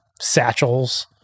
satchels